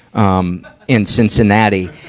um, in cincinnati.